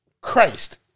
Christ